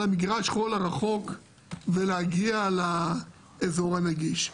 מגרש החול הרחוק ולהגיע לאזור הנגיש.